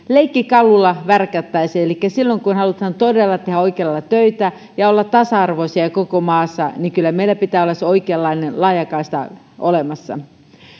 leikkikalulla värkättäisiin elikkä silloin kun halutaan tehdä oikealla lailla töitä ja olla tasa arvoisia koko maassa niin kyllä meillä pitää olla se oikeanlainen laajakaista olemassa